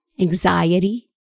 anxiety